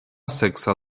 seksa